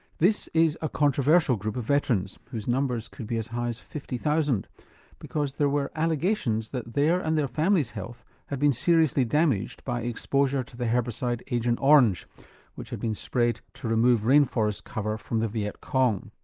this is a controversial group of veterans whose numbers could be as high as fifty thousand because there were allegations that their and their families' health had been seriously damaged by exposure to the herbicide agent orange which had been sprayed to remove rainforest cover from the viet cong.